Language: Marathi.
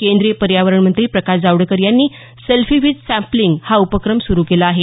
केंद्रीय पर्यावरण मंत्री प्रकाश जावडेकर यांनी सेल्फी विथ सॅपलिंग हा उपक्रम सुरू केला आहे